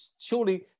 surely